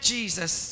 Jesus